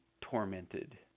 tormented